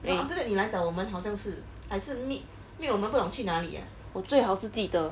我最好是记得